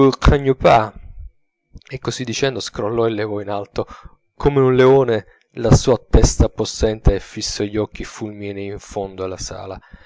e così dicendo scrollò e levò in alto come un leone la sua testa possente e fissò gli occhi fulminei in fondo alla sala